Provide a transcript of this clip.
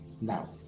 Now